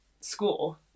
school